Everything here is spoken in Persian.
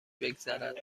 بگذرد